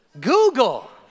Google